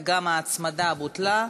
וגם ההצמדה בוטלה.